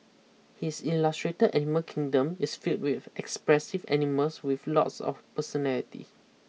his illustrate animal kingdom is filled with expressive animals with lots of personality